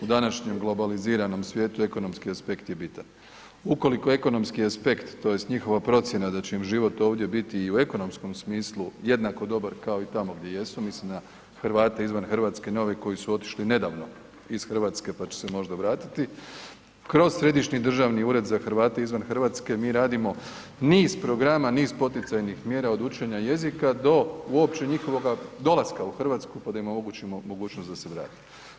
U današnjem globaliziranom svijetu ekonomski aspekt je bitan, ukoliko ekonomski aspekt tj. njihova procjena da će im život ovdje biti i u ekonomskom smislu jednako dobar kao i tamo gdje jesu, mislim na Hrvate izvan Hrvatske na ove koji su otišli nedavno iz Hrvatske pa će se možda vratiti kroz Središnji državni ured za Hrvate izvan Hrvatske mi radimo niz programa, niz poticajnih mjera od učenja jezika do uopće njihovog dolaska u Hrvatsku pa da im omogućimo mogućnost da se vrate.